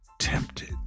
tempted